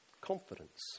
confidence